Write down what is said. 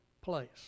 place